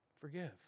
Forgive